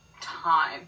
time